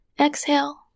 Exhale